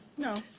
no,